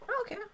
okay